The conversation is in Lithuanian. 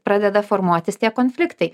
pradeda formuotis tie konfliktai